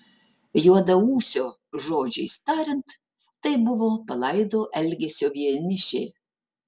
juodaūsio žodžiais tariant tai buvo palaido elgesio vienišė